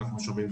אנחנו שומעים,